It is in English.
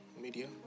Media